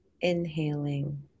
inhaling